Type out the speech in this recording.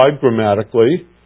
grammatically